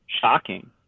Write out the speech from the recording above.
shocking